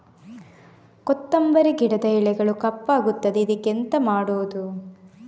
ಕೊತ್ತಂಬರಿ ಗಿಡದ ಎಲೆಗಳು ಕಪ್ಪಗುತ್ತದೆ, ಇದಕ್ಕೆ ಎಂತ ಮಾಡೋದು?